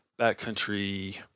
backcountry